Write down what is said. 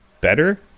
better